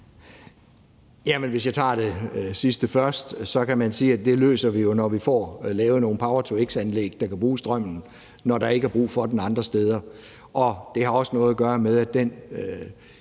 (V): Hvis jeg tager det sidste først, kan man sige, at det løser vi jo, når vi får lavet nogle power-to-x-anlæg, der kan bruge strømmen, når der ikke er brug for den andre steder. Det har også noget at gøre med, at den